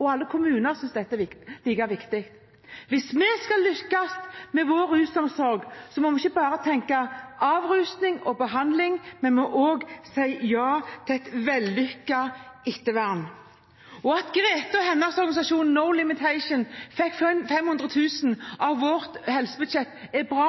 og alle kommuner synes at dette er like viktig. Hvis vi skal lykkes med vår rusomsorg, må vi ikke bare tenke avrusning og behandling, vi må også si ja til et vellykket ettervern. At Grete og hennes organisasjon No Limitation fikk 500 000 kr av vårt helsebudsjett, er bra,